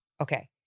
okay